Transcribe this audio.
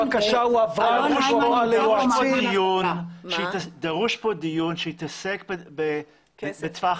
הבקשה הועברה ל --- דרוש פה דיון שיתעסק בטווח